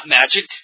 magic